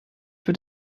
wird